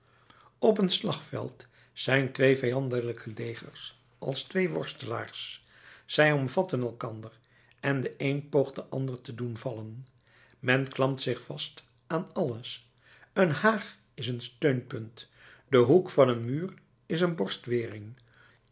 op een slagveld zijn twee vijandelijke legers als twee worstelaars zij omvatten elkander en de een poogt den ander te doen vallen men klampt zich vast aan alles een haag is een steunpunt de hoek van een muur is een